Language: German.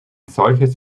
solches